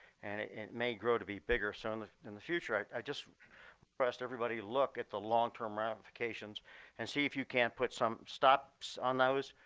and it may grow to be bigger soon in the future. i i just pressed everybody, look at the long term ramifications and see if you can't put some stops on those.